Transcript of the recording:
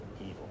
evil